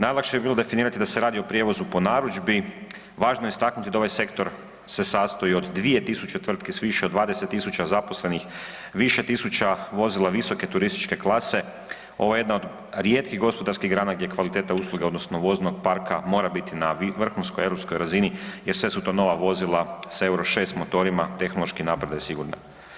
Najlakše bi bilo definirati da se radi o prijevozu po narudžbi, važno je istaknuti da ovaj sektor se sastoji od 2000 tvrtki s više od 20 000 zaposlenih, više 1000 vozila visoke turističke klase, ovo je jedna od rijetkih gospodarskih grana gdje kvaliteta usluge odnosno voznog parka mora biti na vrhunskoj europskoj razini jer sve su to nova vozila sa euro 6 motorima, tehnološki napredna i sigurna.